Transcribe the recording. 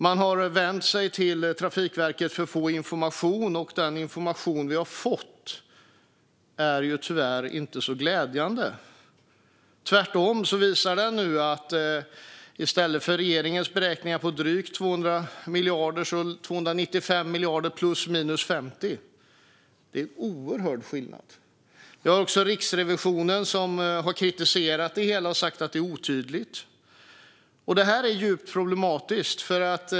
Man har vänt sig till Trafikverket för att få information, och den information som vi har fått är ju tyvärr inte så glädjande. Tvärtom visar den att i stället för regeringens kostnadsberäkningar om drygt 200 miljarder blir det 295 miljarder plus minus 50 miljarder. Det är en oerhörd skillnad. Också Riksrevisionen har kritiserat det hela och sagt att det är otydligt. Det här är djupt problematiskt.